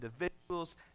individuals